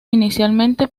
inicialmente